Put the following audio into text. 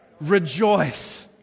rejoice